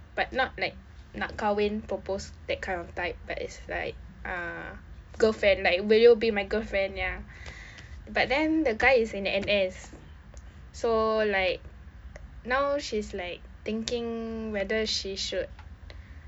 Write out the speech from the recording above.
but not like nak kahwin propose that kind of type but it's like uh girlfriend like will you be my girlfriend ya but then the guy is in N_S so like now she's like thinking whether she should